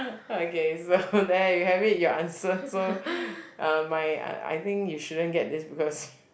okay so there you have it your answer so uh my I I think you shouldn't get this because